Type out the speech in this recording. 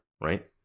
right